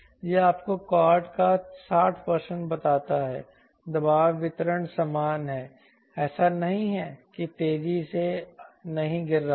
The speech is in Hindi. यह आपको कॉर्ड का 60 बताता है दबाव वितरण समान है ऐसा नहीं है कि तेजी से नहीं गिर रहा है